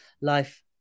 life